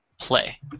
Play